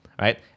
right